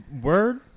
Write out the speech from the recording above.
word